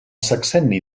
sexenni